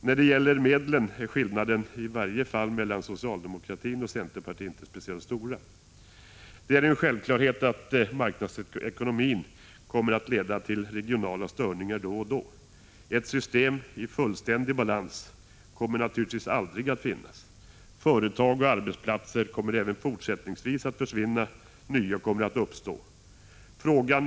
När det gäller medlen är skillnaderna mellan i varje fall socialdemokratin och centerpartiet inte speciellt stora. Det är en självklarhet att marknadsekonomin kommer att leda till regionala störningar då och då. Ett system i fullständig balans kommer naturligtvis aldrig att finnas. Företag och arbetsplatser kommer även fortsättningsvis att försvinna, och nya kommer att uppstå.